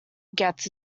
gets